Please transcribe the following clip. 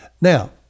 Now